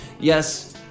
yes